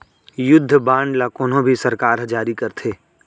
युद्ध बांड ल कोनो भी सरकार ह जारी करथे